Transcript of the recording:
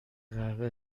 قهوه